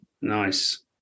nice